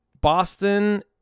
Boston